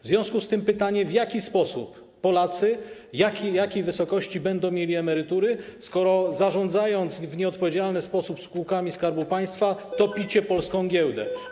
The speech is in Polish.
W związku z tym pytanie: W jaki sposób Polacy, jakiej wysokości będą mieli emerytury, skoro zarządzając w nieodpowiedzialny sposób spółkami Skarbu Państwa, topicie polską giełdę?